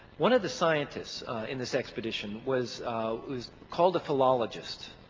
one of the scientists in this expedition was was called a philologist,